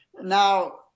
Now